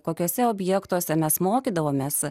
kokiuose objektuose mes mokydavomės